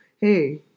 hey